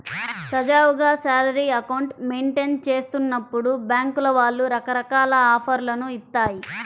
సజావుగా salary account maintain చేస్తున్నప్పుడు బ్యేంకుల వాళ్ళు రకరకాల ఆఫర్లను ఇత్తాయి